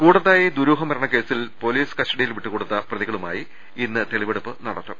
കൂടത്തായി ദുരൂഹമരണക്കേസിൽ പൊലീസ് കസ്റ്റഡിയിൽ വിട്ടുകൊടുത്ത പ്രതികളുമായി ഇന്ന് തെളിവെടുപ്പ് നടത്തും